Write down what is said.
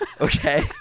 okay